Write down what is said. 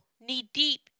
knee-deep